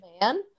man